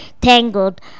tangled